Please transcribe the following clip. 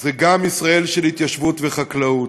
זה גם ישראל של התיישבות וחקלאות.